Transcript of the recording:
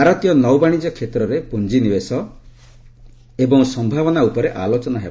ଭାରତୀୟ ନୌବାଣିଜ୍ୟ କ୍ଷେତ୍ରରେ ପୁଞ୍ଜିନିବେଶ ଏବଂ ସମ୍ଭାବନା ଉପରେ ଆଲୋଚନା ହେବ